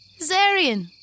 Zarian